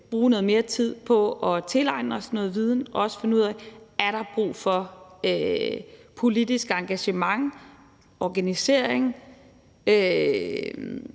noget mere tid på at tilegne os noget viden og også finde ud af, om der er brug for politisk engagement, organisering,